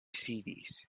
sidis